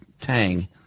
tang